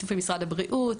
בשיתוף עם משרד הבריאות,